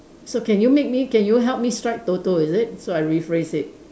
so can you make me can you help me strike Toto is it so I rephrase it